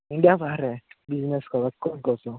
India ବାହାରେ business କରିବା କ'ଣ କହୁଛ